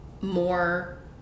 more